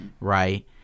right